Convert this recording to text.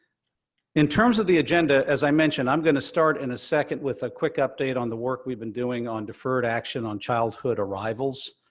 in terms of the agenda, as i mentioned, i'm gonna start in a second, with a quick update on the work we've been doing on deferred action on childhood arrivals.